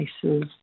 places